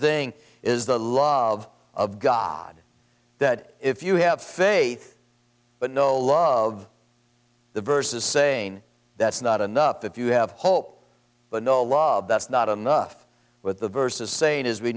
thing is the love of god that if you have faith but know love the verse is saying that's not enough if you have hope but no love that's not enough with the verses say it is we